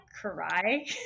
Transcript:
cry